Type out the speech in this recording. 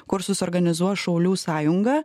kursus organizuos šaulių sąjunga